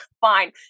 Fine